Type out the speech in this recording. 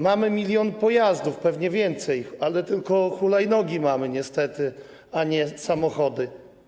Mamy milion pojazdów, pewnie więcej, ale tylko hulajnogi mamy niestety, a nie samochody.